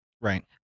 Right